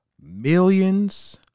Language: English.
millions